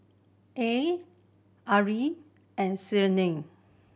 Ain Amrin and Senin